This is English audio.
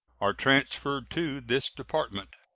are transferred to this department.